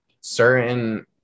Certain